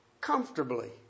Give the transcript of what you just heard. comfortably